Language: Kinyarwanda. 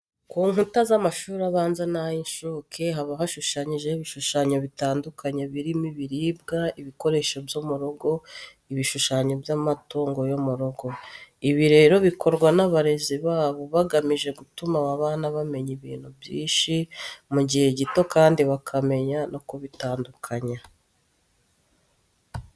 Ku nkuta z'amashuri abanza n'ay'incuke haba hashushanyijeho ibishushanyo bitandukanye birimo ibiribwa, ibikoresho byo mu rugo, ibishushanyo by'amatungo yo mu rugo. Ibi rero bikorwa n'abarezi babo bagamije gutuma aba bana bamenya ibintu byinshi, mu gihe gito kandi bakamenya no kubitandukanya.